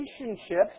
relationships